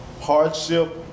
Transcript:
Hardship